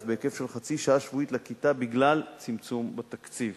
בהיקף של חצי שעה שבועית לכיתה בגלל צמצום בתקציב.